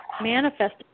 manifest